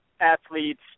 athletes